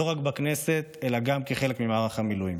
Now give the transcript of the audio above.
לא רק בכנסת, אלא גם כחלק ממערך המילואים.